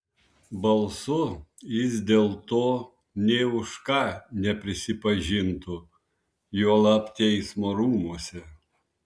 balsu jis dėl to nė už ką neprisipažintų juolab teismo rūmuose